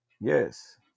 Yes